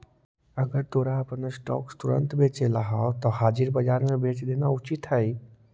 अगर तोरा अपन स्टॉक्स तुरंत बेचेला हवऽ त हाजिर बाजार में बेच देना उचित हइ